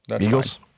Eagles